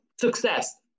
success